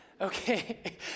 Okay